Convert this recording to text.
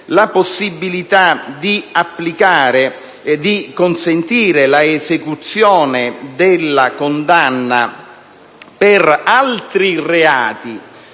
la possibilità di consentire l'esecuzione della condanna penale